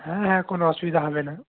হ্যাঁ হ্যাঁ কোনো অসুবিধা হবে না